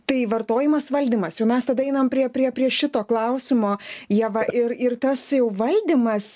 tai vartojimas valdymas ir mes tada einame prie prie prie šito klausimo ieva ir ir tas jau valdymas